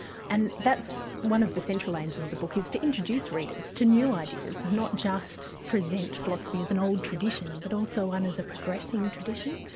and that's one of the central aims of the book to introduce readers to new ideas, not just present philosophy as an old tradition, but also one as a progressing tradition.